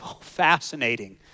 Fascinating